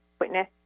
witness